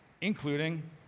including